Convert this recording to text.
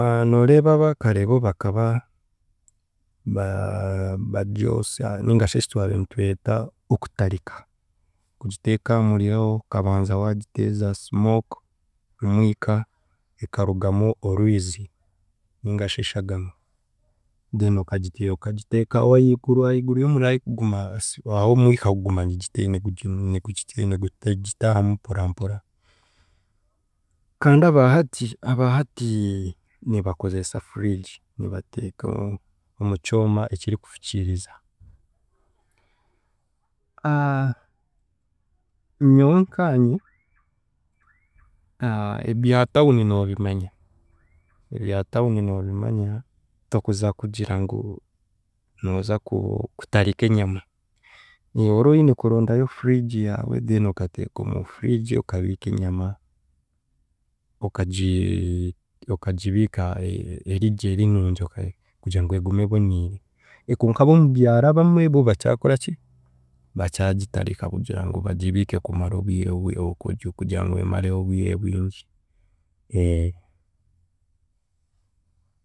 nooreeba abaakare bo bakaba baa- bagyosa ningashi ekitwabiire nitweta okutarika. Okugiteeka aha muriro okabanza waagiteeza smoke omwika ekarugamu orwizi ningashi eshagama then okagi okagiteeka aho ahiguru ahiguru y'omuriro ahikugumasi ahi omwika guguma nigugite nigugiti nigugiti nigugitaahamu mporampora. Kandi abaahati, abaahati nibakozesa fridge nibateeka omu kyoma ekirikufukiiriza nyowe nkaanye ebya town noobimanya ebya town noobimanya tokuza kugira ngu nooza ku- kutarika enyama ora oine kuronda yo fridge yaawe then okateeka omu fridge okabiika enyama okagi okagibiika e- e- erigye eri nungi kugira ngu egume eboniire, konka ab'omubyaro abamwe bo bakyakoraki bakyagitarika kugira ngu bagibiike kubamare obwire obwi obwi kugira kugira ngu emareho obwire bwingi.